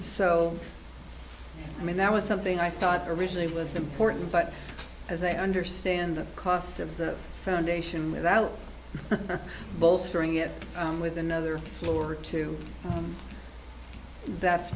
so i mean that was something i thought originally was important but as i understand the cost of the foundation without bolstering it with another floor or two that's